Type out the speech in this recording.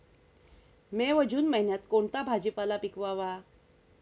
मे व जून महिन्यात कोणता भाजीपाला पिकवावा?